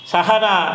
Sahana